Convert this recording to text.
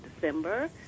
December